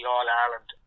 All-Ireland